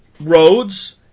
roads